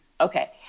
Okay